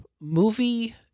movie